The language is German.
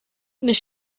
nicht